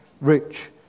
rich